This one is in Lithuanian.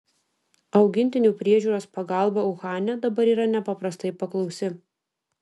augintinių priežiūros pagalba uhane dabar yra nepaprastai paklausi